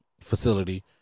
facility